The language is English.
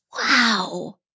Wow